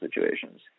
situations